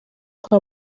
kwa